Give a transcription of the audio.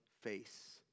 face